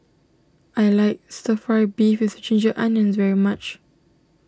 I like Stir Fry Beef with Ginger Onions very much